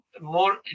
more